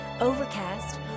Overcast